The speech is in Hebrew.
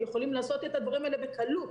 הם יכולים לעשות את הדברים האלה בקלות,